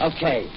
Okay